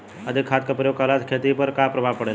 अधिक खाद क प्रयोग कहला से खेती पर का प्रभाव पड़ेला?